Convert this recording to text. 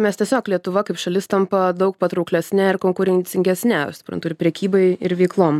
mes tiesiog lietuva kaip šalis tampa daug patrauklesne ir konkurencingesne suprantu ir prekybai ir veiklom